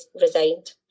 resigned